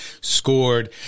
scored